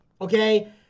Okay